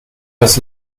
das